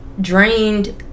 drained